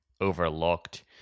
overlooked